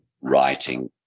writing